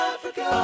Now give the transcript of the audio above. Africa